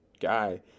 guy